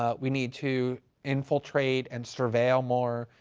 ah we need to infiltrate and surveil more,